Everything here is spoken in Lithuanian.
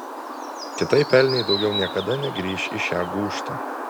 kitaip elniai daugiau niekada negrįš į šią gūžtą